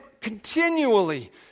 continually